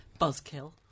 Buzzkill